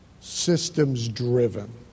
systems-driven